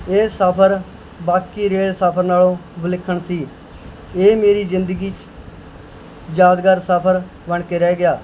ਇਹ ਸਫ਼ਰ ਬਾਕੀ ਰੇਲ ਸਫ਼ਰ ਨਾਲੋਂ ਵਿਲੱਖਣ ਸੀ ਇਹ ਮੇਰੀ ਜ਼ਿੰਦਗੀ 'ਚ ਯਾਦਗਾਰ ਸਫ਼ਰ ਬਣ ਕੇ ਰਹਿ ਗਿਆ